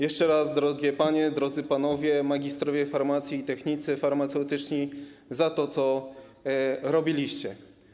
Jeszcze raz, drogie panie, drodzy panowie magistrowie farmacji i technicy farmaceutyczni, dziękuję za to, co robiliście.